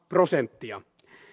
prosenttia